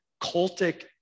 cultic